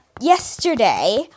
yesterday